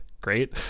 great